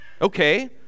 Okay